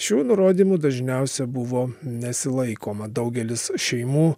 šių nurodymų dažniausia buvo nesilaikoma daugelis šeimų